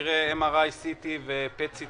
פריסה לא שוויונית של מכשירי MRI ומכשירי PET-CT